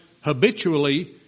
habitually